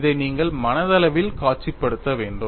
இதை நீங்கள் மனதளவில் காட்சிப்படுத்த வேண்டும்